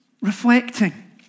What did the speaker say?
Reflecting